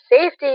safety